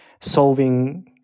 solving